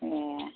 ए